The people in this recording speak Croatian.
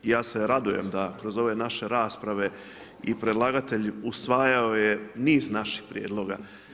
I ja se radujem da kroz ove naše rasprave i predlagatelj usvajao je niz naših prijedloga.